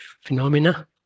phenomena